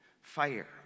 Fire